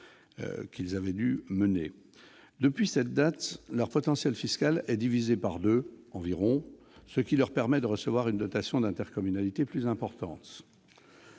Depuis cette date, leur potentiel fiscal est divisé par deux environ, ce qui leur permet de recevoir une dotation d'intercommunalité plus importante.